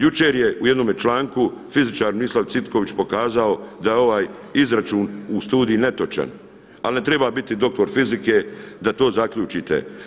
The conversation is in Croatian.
Jučer je u jednome članku fizičar Mislav Citković pokazao da je ovaj izračun u studiji netočan, ali ne treba biti doktor fizike da to zaključite.